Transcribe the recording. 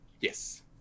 yes